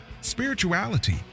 spirituality